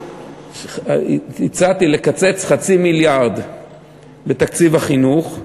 הצעתי לקצץ 0.5 מיליארד בתקציב החינוך,